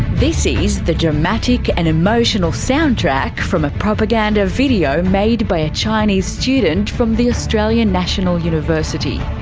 this is the dramatic and emotional soundtrack from a propaganda video made by a chinese student from the australian national university.